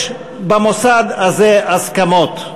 יש במוסד הזה הסכמות.